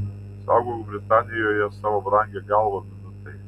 saugok britanijoje savo brangią galvą minutai